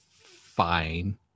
fine